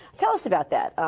tell us about that.